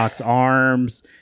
arms